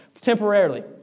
temporarily